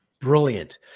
Brilliant